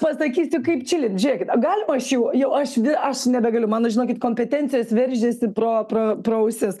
pasakysiu kaip čilint žiūrėkit galima aš jau jau aš jau aš nebegaliu mano žinokit kompetencijos veržiasi pro pro pro ausis